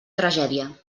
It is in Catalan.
tragèdia